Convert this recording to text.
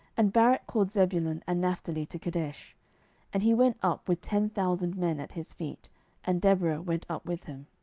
and barak called zebulun and naphtali to kedesh and he went up with ten thousand men at his feet and deborah went up with him.